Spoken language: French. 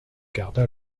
garda